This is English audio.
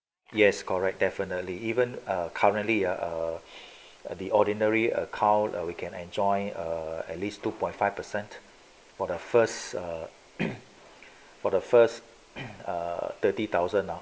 yes correct definitely even err currently ah err the ordinary account err we can enjoy or at least two point five percent for the first err for the first err thirty thousand lah